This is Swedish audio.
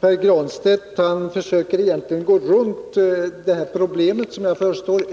Herr talman! Pär Granstedt försöker gå runt det problem som jag förstår